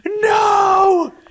no